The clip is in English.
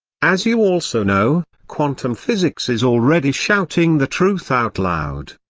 as you also know, quantum physics is already shouting the truth out loud.